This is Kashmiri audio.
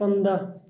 پنٛداہ